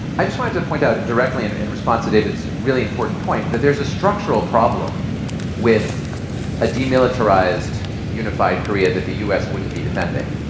i just wanted to point out directly and in response to david's really important point, that there's a structural problem with a demilitarized unified korea that the u. s. wouldn't be defending,